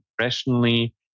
rationally